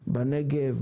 בנגב,